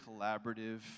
collaborative